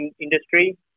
industry